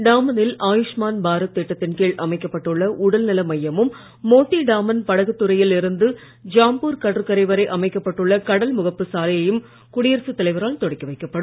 டாமனில் ஆயுஷ்மான் பாரத் திட்டத்தின் கீழ் அமைக்கப்பட்டுள்ள உடல்நல மையமும் மோத்தி டாமன் படகுத் துறையில் இருந்து ஜாம்பூர் கடற்கரை வரை அமைக்கப்பட்டுள்ள கடல் முகப்பு சாலையும் குடியரசு தலைவரால் தொடக்கி வைக்கப்படும்